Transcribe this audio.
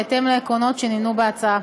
בהתאם לעקרונות שנמנו בהצעה.